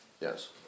yes